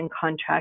Contract